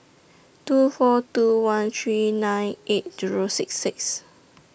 two four two one three nine eight Zero six six